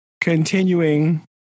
continuing